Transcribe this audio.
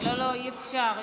לא, אי-אפשר.